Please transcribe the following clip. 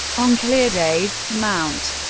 on clear days, mt.